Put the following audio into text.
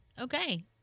okay